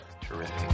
terrific